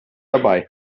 dabei